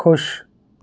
ਖੁਸ਼